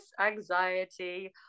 anxiety